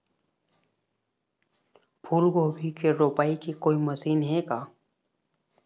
फूलगोभी के रोपाई के कोई मशीन हे का?